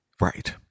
Right